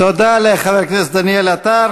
תודה לחבר הכנסת דניאל עטר.